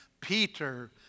Peter